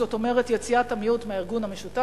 זאת אומרת יציאת המיעוט מהארגון המשותף"